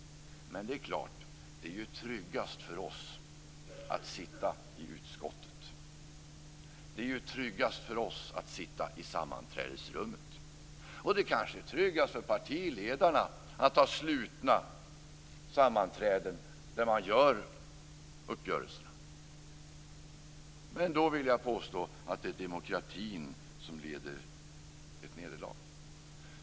Men det är ju tryggast för oss att sitta i utskottet. Det är ju tryggast för oss att sitta i sammanträdesrummet. Och det kanske är tryggast för partiledarna att ha slutna sammanträden, där man träffar uppgörelserna. Då vill jag påstå att det är demokratin som lider ett nederlag.